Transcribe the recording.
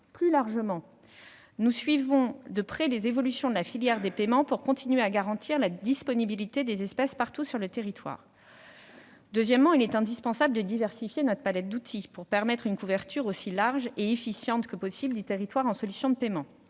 Plus largement, nous suivons de près les évolutions de la filière des paiements pour continuer à garantir la disponibilité des espèces partout sur le territoire. Deuxièmement, il est indispensable de diversifier notre palette d'outils pour permettre une couverture aussi large et efficiente que possible du territoire en solutions de paiement.